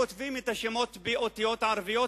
כותבים את השמות באותיות ערביות,